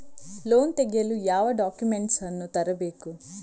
Loan ತೆಗೆಯಲು ಯಾವ documents ಅನ್ನು ತರಬೇಕು?